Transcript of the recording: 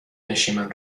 نشیمن